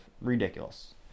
Ridiculous